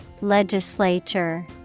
Legislature